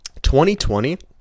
2020